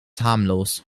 harmlos